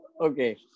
Okay